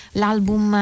l'album